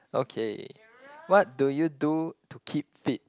okay what do you do to keep fit